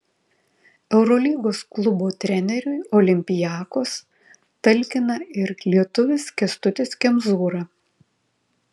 eurolygos klubo treneriui olympiakos talkina ir lietuvis kęstutis kemzūra